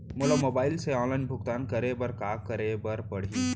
मोला मोबाइल से ऑनलाइन भुगतान करे बर का करे बर पड़ही?